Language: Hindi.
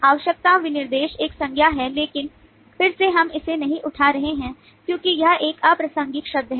आवश्यकता विनिर्देश एक संज्ञा है लेकिन फिर से हम इसे नहीं उठा रहे हैं क्योंकि यह एक अप्रासंगिक शब्द है